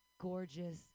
gorgeous